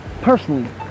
personally